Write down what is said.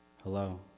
Hello